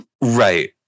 Right